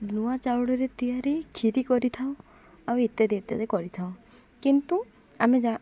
ନୂଆ ଚାଉଳରେ ତିଆରି କ୍ଷିରି କରିଥାଉ ଆଉ ଇତ୍ୟାଦି ଇତ୍ୟାଦି କରିଥାଉ କିନ୍ତୁ ଆମେ